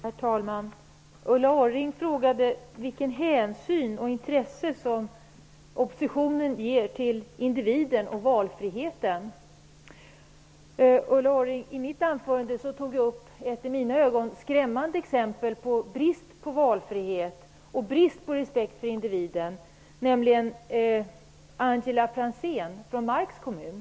Herr talman! Ulla Orring frågade vilken hänsyn oppositionen tar till individen och valfriheten och vilket intresse vi har av detta. I mitt anförande, Ulla Orring, tog jag upp ett i mina ögon skrämmande exempel på brist på valfrihet och brist på respekt för individen, nämligen Angela Franzén från Marks kommun.